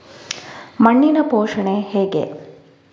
ಮಣ್ಣಿನ ಪೋಷಣೆ ಹೇಗೆ?